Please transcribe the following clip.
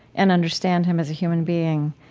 and understand him as a human being,